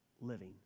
living